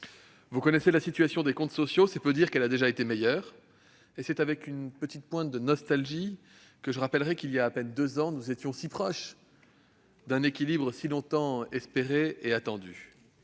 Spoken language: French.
Vous connaissez la situation des comptes sociaux. C'est peu dire qu'elle a déjà été meilleure, et c'est avec une petite pointe de nostalgie que je rappelle qu'il y a à peine deux ans, nous étions très proches d'un équilibre si longtemps espéré et attendu.